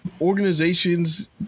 organizations